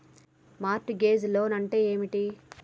Mart gauge loan అంటే ఏమిటి?